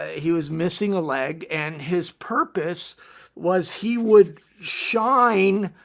he was missing a leg and his purpose was he would shine